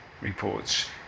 reports